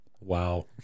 Wow